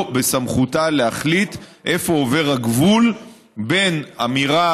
לא בסמכותה להחליט איפה עובר הגבול בין אמירה